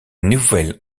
nouvelle